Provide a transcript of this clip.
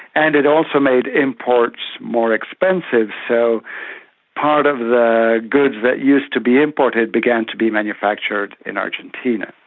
and it also made imports more expensive, so part of the goods that used to be imported began to be manufactured in argentina.